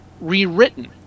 rewritten